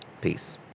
Peace